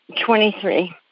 Twenty-three